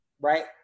right